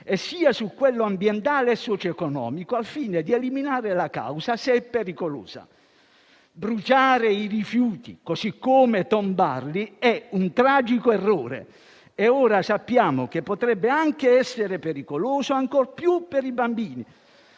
sia su quello ambientale e socio-economico, al fine di eliminare la causa, se è pericolosa. Bruciare i rifiuti, così come tombarli, è un tragico errore e ora sappiamo che potrebbe essere anche pericoloso, ancor più per i bambini.